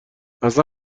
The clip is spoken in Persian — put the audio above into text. اصلا